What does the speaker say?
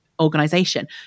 organization